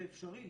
זה אפשרי.